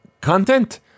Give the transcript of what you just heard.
content